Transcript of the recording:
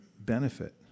benefit